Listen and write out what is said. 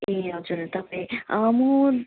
ए हजुर तपाईँ म